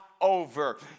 over